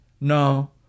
No